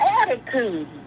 attitude